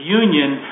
union